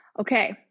okay